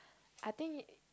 I think